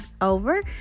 over